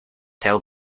tell